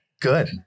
Good